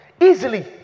Easily